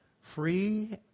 free